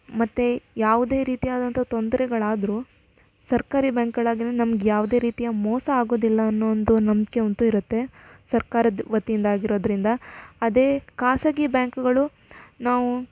ಮತ್ತೆ ಯಾವುದೇ ರೀತಿಯಾದಂಥ ತೊಂದರೆಗಳಾದ್ರೂ ಸರ್ಕಾರಿ ಬ್ಯಾಂಕ್ಗಳಾಗಿದ್ದರೆ ನಮ್ಗೆ ಯಾವುದೇ ರೀತಿಯ ಮೋಸ ಆಗೋದಿಲ್ಲ ಅನ್ನೋ ಒಂದು ನಂಬಿಕೆ ಅಂತೂ ಇರುತ್ತೆ ಸರ್ಕಾರದ ವತಿಯಿಂದ ಆಗಿರೋದರಿಂದ ಅದೇ ಖಾಸಗಿ ಬ್ಯಾಂಕ್ಗಳು ನಾವು